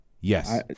Yes